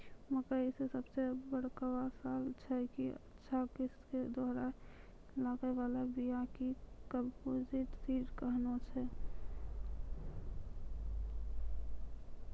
मकई मे सबसे बड़का सवाल छैय कि अच्छा किस्म के दोहराय के लागे वाला बिया या कम्पोजिट सीड कैहनो छैय?